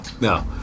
no